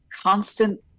constant